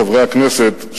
חברי הכנסת,